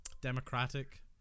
Democratic